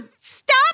stop